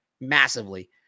massively